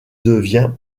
devient